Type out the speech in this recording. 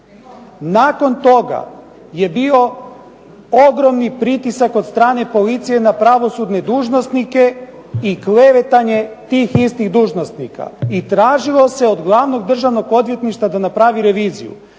nakon toga je bio ogromni pritisak od strane policije na pravosudne dužnosnike i klevetanje tih istih dužnosnika. I tražilo se od Glavnog državnog odvjetnika da napravi reviziju.